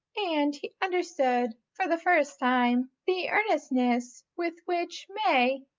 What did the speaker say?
and he understood for the first time the earnestness with which may,